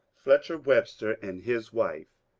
fletcher webster and his wife,